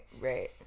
right